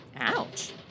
Ouch